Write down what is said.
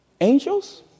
Angels